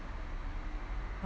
err